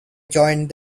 joined